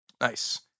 Nice